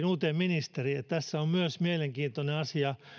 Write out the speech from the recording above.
uuteen ministeriin että tässä on myös mielenkiintoinen asia